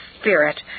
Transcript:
spirit